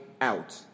out